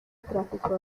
tráfico